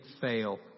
fail